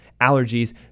allergies